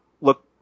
look